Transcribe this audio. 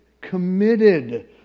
committed